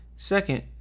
Second